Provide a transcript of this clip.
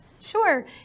sure